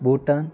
Bhutan